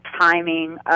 timing